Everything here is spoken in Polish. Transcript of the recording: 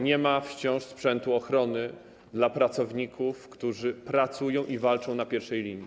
Nie ma wciąż sprzętu ochrony dla pracowników, którzy pracują i walczą na pierwszej linii.